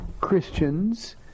Christians